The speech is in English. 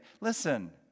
listen